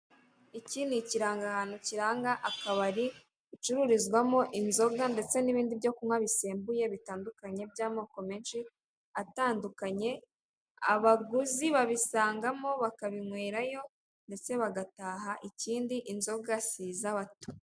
Iki ni ikirangahantu kiranga akabari, gacururizwamo inzoga ndetse n'ibindi byo kunywa bisembuye bitandukanye by'amoko menshi atandukanye, abaguzi babisangamo bakabinywerayo ndetse bagataha ikindi inzoga si iz'abato.